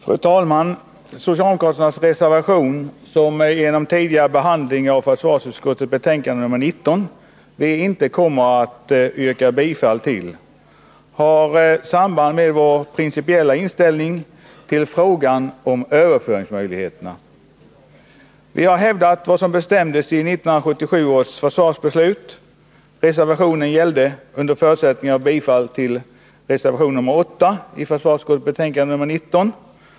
Fru talman! Socialdemokraternas reservation, som vi — på grund av tidigare behandling av försvarsutskottets betänkande 19 — inte kommer att yrka bifall till, har samband med vår principiella inställning till frågan om överföringsmöjligheterna. Vi har hävdat vad som bestämdes i 1977 års försvarsbeslut. Reservationen gällde under förutsättning av bifall till reservation 8 i försvarsutskottets betänkande 19.